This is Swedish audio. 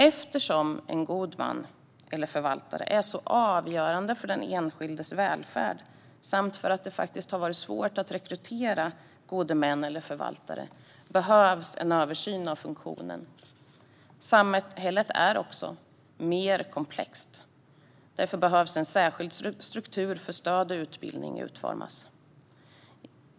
Eftersom en god man eller förvaltare är avgörande för den enskildes välfärd och eftersom det har varit svårt att rekrytera gode män eller förvaltare behövs en översyn av funktionen. Samhället är också mer komplext i dag. Därför behöver en särskild struktur för stöd och utbildning utformas.